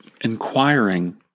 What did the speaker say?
inquiring